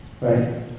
Right